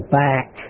back